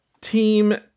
Team